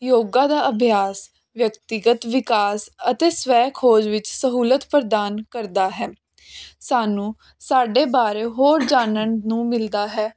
ਯੋਗਾ ਦਾ ਅਭਿਆਸ ਵਿਅਕਤੀਗਤ ਵਿਕਾਸ ਅਤੇ ਸਵੈ ਖੋਜ ਵਿੱਚ ਸਹੂਲਤ ਪ੍ਰਦਾਨ ਕਰਦਾ ਹੈ ਸਾਨੂੰ ਸਾਡੇ ਬਾਰੇ ਹੋਰ ਜਾਣਨ ਨੂੰ ਮਿਲਦਾ ਹੈ